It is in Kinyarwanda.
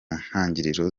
ntangiriro